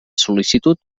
sol·licitud